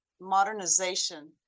modernization